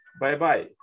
Bye-bye